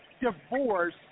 divorce